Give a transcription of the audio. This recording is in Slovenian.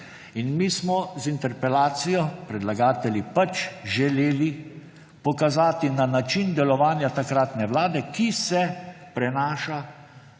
Mi smo z interpelacijo, predlagatelji, želeli pokazati na način delovanja takratne vlade, ki se prenaša